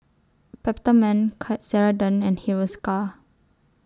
Peptamen Ceradan and Hiruscar